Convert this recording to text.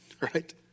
right